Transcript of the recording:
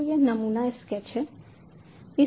तो यह नमूना स्केच है